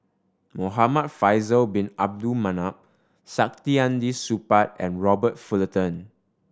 Muhamad Faisal Bin Abdul Manap Saktiandi Supaat and Robert Fullerton